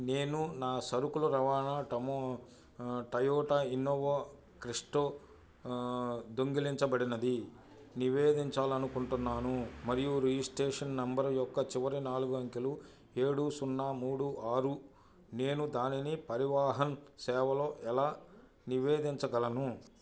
నేను నా సరుకులు రవాణా టయోటా ఇన్నోవా క్రిస్టో దొంగిలించబడినది నివేదించాలనుకుంటున్నాను మరియు రిజిస్టేషన్ నంబరు యొక్క చివరి నాలుగు అంకెలు ఏడు సున్నా మూడు ఆరు నేను దానిని పరివాహన్ సేవలో ఎలా నివేదించగలను